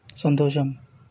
సంతోషం